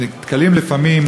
ללא הודעה מראש),